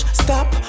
stop